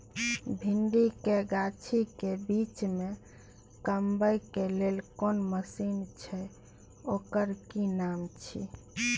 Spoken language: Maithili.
भिंडी के गाछी के बीच में कमबै के लेल कोन मसीन छै ओकर कि नाम छी?